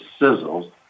sizzles